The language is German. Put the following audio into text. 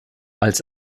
als